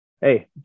Hey